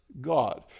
God